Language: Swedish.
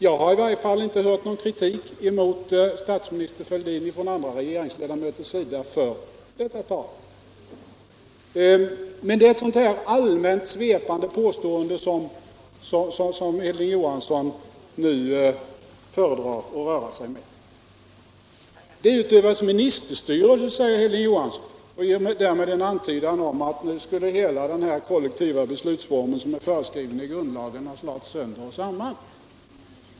Jag har i varje fall inte hört någon kritik mot statsminister Fälldin från andra regeringsledamöters sida för detta tal. Det är ett sådant allmänt svepande påstående som Hilding Johansson nu föredrar att röra sig med. Det utövas ministerstyre, säger Hilding Johansson, och ger därmed en antydan om att hela den kollektiva beslutsform som är föreskriven i grundlagen nu skulle ha slagits sönder och samman.